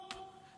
הופ,